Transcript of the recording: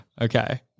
Okay